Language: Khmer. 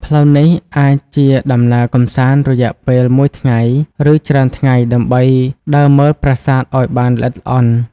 ផ្លូវនេះអាចជាដំណើរកម្សាន្តរយៈពេលមួយថ្ងៃ ឬច្រើនថ្ងៃដើម្បីដើរមើលប្រាសាទឱ្យបានល្អិតល្អន់។